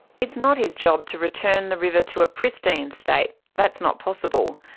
it's not his job to return the river to a pristine state, that's not possible.